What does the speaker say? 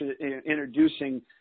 introducing